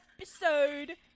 episode